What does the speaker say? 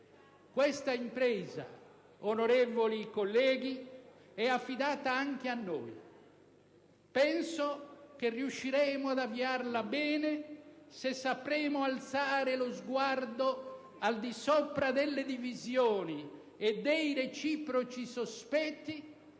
Questa impresa, onorevoli colleghi, è affidata anche a noi. Penso che riusciremo ad avviarla bene se sapremo alzare lo sguardo al di sopra delle divisioni e dei reciproci sospetti